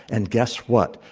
and guess what?